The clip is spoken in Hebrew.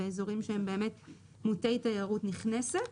באזורים שהם באמת מוטי תיירות נכנסת.